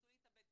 ינסו להתאבד,